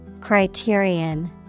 Criterion